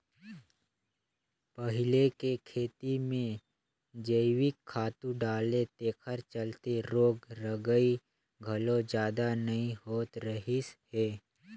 पहिले के खेती में जइविक खातू डाले तेखर चलते रोग रगई घलो जादा नइ होत रहिस हे